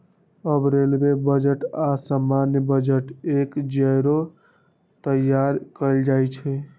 अब railway budget आऽ सामान्य बजट एक जौरे तइयार कएल जाइ छइ